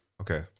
okay